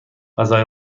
غذای